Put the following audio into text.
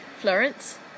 Florence